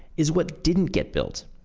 is what didn't get built.